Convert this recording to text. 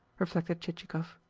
reflected chichikov.